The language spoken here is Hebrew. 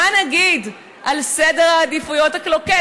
מה נגיד על סדר העדיפויות הקלוקל?